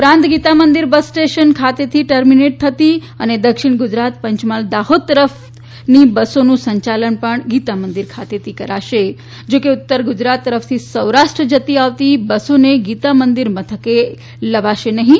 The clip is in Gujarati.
ઉપરાંત ગીતામંદિર બસ સ્ટેન્ડ ખાતેથી ટર્મીનેટથતી અને દક્ષિણ ગુજરાત પંચમહાલદાહોદ તરફની બસોનું સંચાલન ગીતામંદિર ખાતેથી કરાશે જો કે ઉત્તર ગુજરાત તરફથી સૌરાષ્ટ્ર તરફથી જતી આવતી બસોને ગીતામંદિર મથકે લેવાશે નહિ